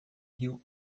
rio